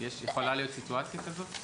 יכולה להיות סיטואציה כזאת?